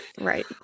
right